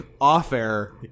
off-air